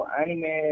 anime